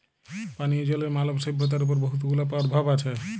পানীয় জলের মালব সইভ্যতার উপর বহুত গুলা পরভাব আছে